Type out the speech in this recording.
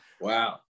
Wow